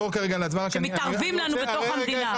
שמתערבים לנו בתוך המדינה.